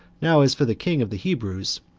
now as for the king of the hebrews,